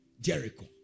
Jericho